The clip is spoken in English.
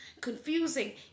confusing